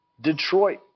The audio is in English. Detroit